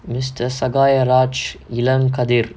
mister sagayaraj ilangathir